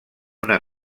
una